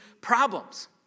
problems